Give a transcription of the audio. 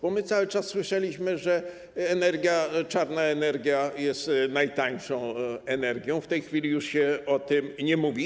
Bo my cały czas słyszeliśmy, że czarna energia jest najtańszą energią, a w tej chwili już się o tym nie mówi.